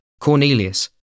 Cornelius